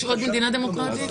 יש בעוד מדינה דמוקרטית?